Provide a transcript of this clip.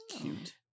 cute